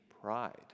pride